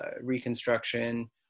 reconstruction